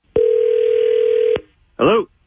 hello